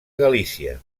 galícia